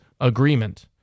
agreement